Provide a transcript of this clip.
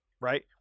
right